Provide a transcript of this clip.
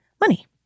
money